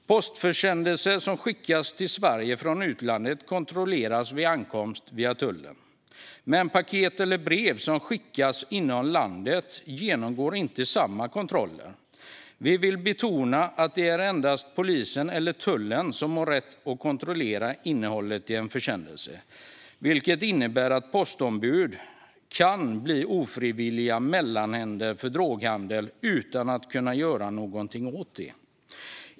Postförsändelser som skickas till Sverige från utlandet kontrolleras vid ankomst via tullen, men paket eller brev som skickas inom landet genomgår inte samma kontroller. Vi vill betona att det endast är polisen eller tullen som har rätt att kontrollera innehållet i en försändelse, vilket innebär att postombud kan bli ofrivilliga mellanhänder för droghandel utan att kunna göra någonting åt det.